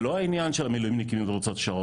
זה לא העניין של המילואמניקיות אם הן רוצות לשרת,